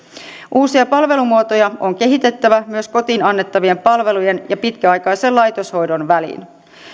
uusia palvelumuotoja on kehitettävä myös kotiin annettavien palvelujen ja pitkäaikaisen laitoshoidon väliin